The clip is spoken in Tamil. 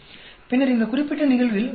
பின்னர் இந்த குறிப்பிட்ட நிகழ்வில் 5